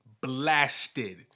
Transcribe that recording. blasted